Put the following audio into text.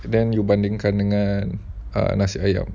dan you bandingkan dengan nasi ayam